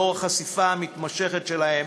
לאור החשיפה המתמשכת שלהם